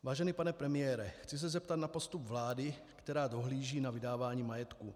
Vážený pane premiére, chci se zeptat na postup vlády, která dohlíží na vydávání majetku.